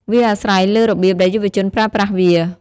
វាអាស្រ័យលើរបៀបដែលយុវជនប្រើប្រាស់វា។